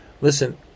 listen